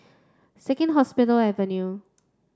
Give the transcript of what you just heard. Second Hospital Avenue